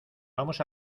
vamos